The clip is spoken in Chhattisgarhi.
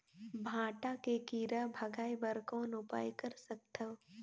भांटा के कीरा भगाय बर कौन उपाय कर सकथव?